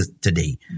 Today